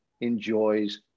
enjoys